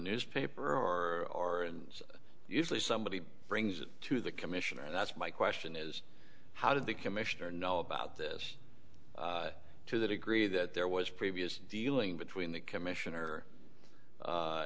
newspaper or usually somebody brings to the commission and that's my question is how did the commissioner know about this to the degree that there was previous dealing between the commissioner